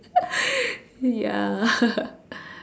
ya